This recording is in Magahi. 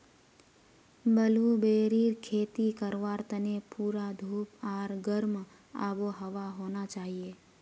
ब्लूबेरीर खेती करवार तने पूरा धूप आर गर्म आबोहवा होना चाहिए